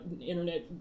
internet